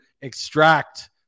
extract